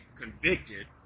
convicted